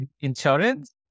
insurance